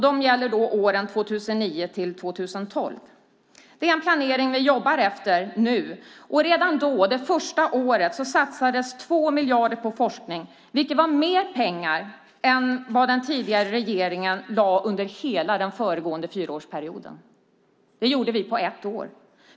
Den gäller åren 2009-2012. Det är en planering vi jobbar efter nu, och redan det första året satsades 2 miljarder på forskning, vilket var mer pengar än vad den tidigare regeringen lade under hela den föregående fyraårsperioden. Det gjorde vi på ett år.